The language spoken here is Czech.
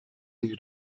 nich